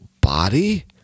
body